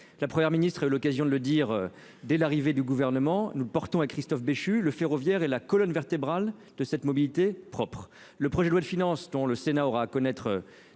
la première ministre est l'occasion de le dire dès l'arrivée du gouvernement nous portons à Christophe Béchu, le ferroviaire et la colonne vertébrale de cette mobilité propre, le projet de loi de finances dont le Sénat aura à connaître